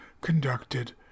conducted